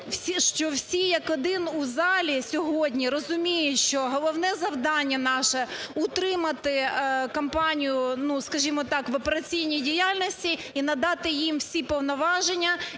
всі як один у залі сьогодні розуміють, що головне завдання наше – утримати компанію, ну, скажімо так, в операційній діяльності і надати їй всі повноваження